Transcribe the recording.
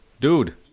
Dude